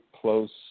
close